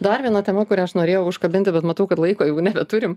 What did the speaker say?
dar viena tema kurią aš norėjau užkabinti bet matau kad laiko jau nebeturim